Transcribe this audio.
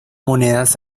monedas